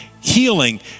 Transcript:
healing